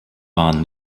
waren